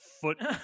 foot